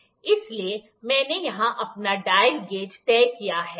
इसलिए मैंने यहां अपना डायल गेज तय किया है